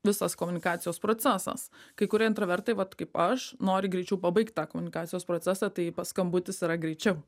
visas komunikacijos procesas kai kurie intravertai vat kaip aš nori greičiau pabaigt tą komunikacijos procesą tai pa skambutis yra greičiau